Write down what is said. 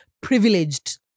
privileged